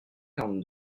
quarante